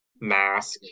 mask